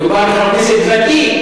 מדובר על חבר כנסת ותיק,